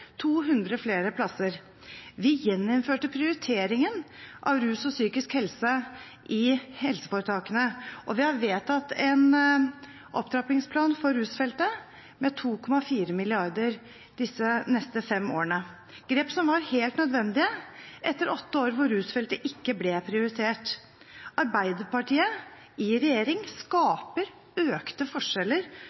200 flere plasser. Vi gjeninnførte prioriteringen av rus og psykisk helse i helseforetakene, og vi har vedtatt en opptrappingsplan for rusfeltet med 2,4 mrd. kr de neste fem årene. Dette er grep som var helt nødvendige etter åtte år hvor rusfeltet ikke ble prioritert. Arbeiderpartiet i regjering skaper økte forskjeller